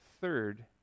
third